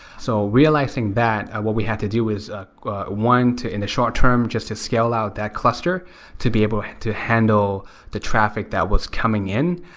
so realizing that, what we had to do is, ah one, in the short term, just to scale out that cluster to be able to handle the traffic that was coming in.